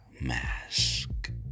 mask